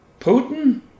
Putin